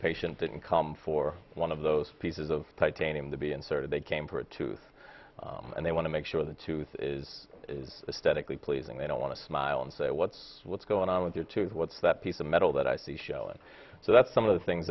that income for one of those pieces of titanium to be inserted they came for a tooth and they want to make sure the tooth is is statically pleasing they don't want to smile and say what's what's going on with your tooth what's that piece of metal that i see showing so that's some of the things